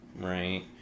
right